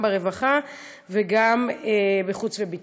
גם ברווחה וגם בחוץ וביטחון.